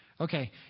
Okay